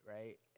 right